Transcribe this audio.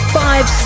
five